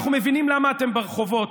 אנחנו מבינים למה אתם ברחובות.